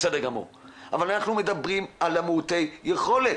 בסדר גמור אבל אנחנו מדברים על מעוטי יכולת.